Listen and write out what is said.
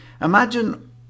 imagine